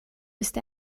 ist